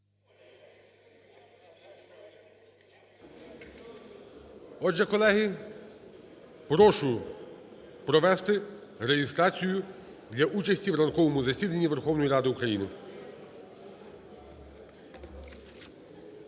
Отже, колеги, прошу провести реєстрацію для участі в ранковому засіданні Верховної Ради України.